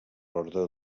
ordre